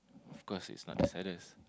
of course it's not the saddest